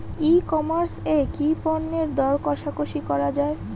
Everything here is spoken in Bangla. ই কমার্স এ কি পণ্যের দর কশাকশি করা য়ায়?